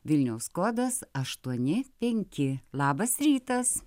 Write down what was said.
vilniaus kodas aštuoni penki labas rytas